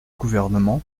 gouvernement